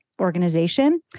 organization